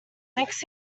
next